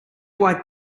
white